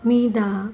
मीधा